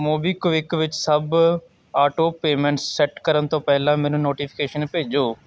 MobiKwik ਵਿੱਚ ਸਭ auto payments set ਕਰਨ ਤੋਂ ਪਹਿਲਾਂ ਮੈਨੂੰ ਨੋਟੀਫਿਕੇਸ਼ਨ ਭੇਜੋ